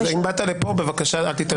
מאיר, אם באת לפה, בבקשה אל תתערב.